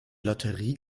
lotterie